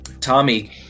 Tommy